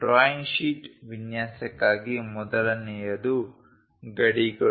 drawing sheet ವಿನ್ಯಾಸಕ್ಕಾಗಿ ಮೊದಲನೆಯದು ಗಡಿಗಳು